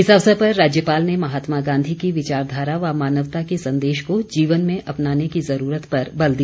इस अवसर पर राज्यपाल ने महात्मा गांधी की विचारधारा व मानवता के संदेश को जीवन में अपनाने की ज़रूरत पर बल दिया